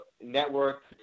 network